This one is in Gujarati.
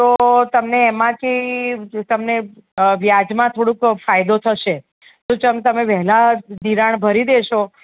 તો તમને એમાંથી તમને વ્યાજમાં થોડુક ફાયદો થશે તો જેમ વહેલાં ધિરાણ ભરી દેશો